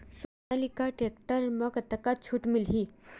Sonalika tractor म कतका छूट मिलही?